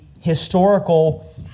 historical